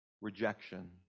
rejection